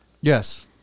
Yes